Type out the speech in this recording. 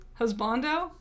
husbando